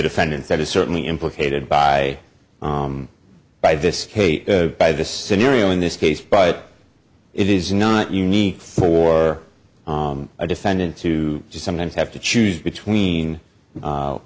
defendant that is certainly implicated by by this case by the scenario in this case but it is not unique for a defendant to sometimes have to choose between